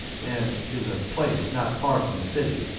and is a place not far from the city,